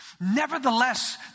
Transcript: Nevertheless